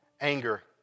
anger